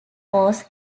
was